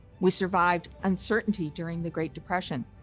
we survived uncertainty during the great depression,